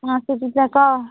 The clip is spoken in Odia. ହଁ ଶୃତିଜା କହ